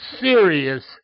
serious